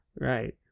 Right